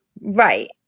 Right